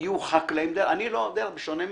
יהיו חקלאים, אני לא בשונה מהם,